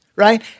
Right